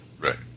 Right